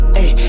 Hey